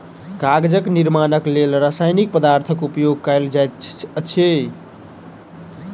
कागजक निर्माणक लेल रासायनिक पदार्थक उपयोग कयल जाइत अछि